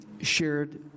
shared